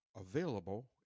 Available